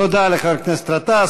תודה לחבר הכנסת גטאס.